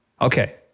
Okay